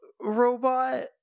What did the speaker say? robot